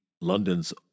London's